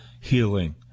healing